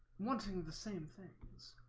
wanting the same thing